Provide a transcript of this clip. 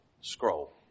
Scroll